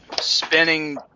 spinning